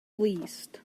least